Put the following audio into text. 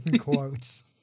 Quotes